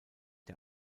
der